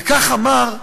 וכך אמר,